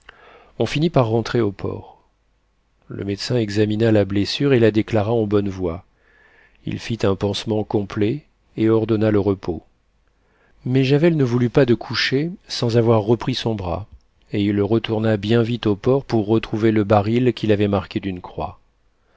on finit par rentrer au port le médecin examina la blessure et la déclara en bonne voie il fit un pansement complet et ordonna le repos mais javel ne voulut pas se coucher sans avoir repris son bras et il retourna bien vite au port pour retrouver le baril qu'il avait marqué d'une croix